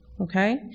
Okay